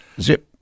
Zip